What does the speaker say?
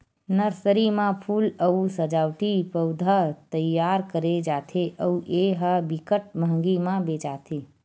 nursery म फूल अउ सजावटी पउधा तइयार करे जाथे अउ ए ह बिकट मंहगी म बेचाथे